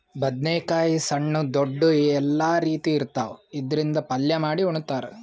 ಬದ್ನೇಕಾಯಿ ಸಣ್ಣು ದೊಡ್ದು ಎಲ್ಲಾ ರೀತಿ ಇರ್ತಾವ್, ಇದ್ರಿಂದ್ ಪಲ್ಯ ಮಾಡಿ ಉಣ್ತಾರ್